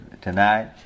tonight